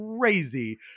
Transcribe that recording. crazy